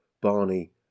Barney